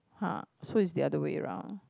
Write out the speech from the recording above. ah so is the other way around